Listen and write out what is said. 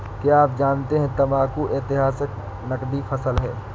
क्या आप जानते है तंबाकू ऐतिहासिक नकदी फसल है